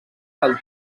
del